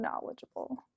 knowledgeable